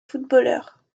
footballeurs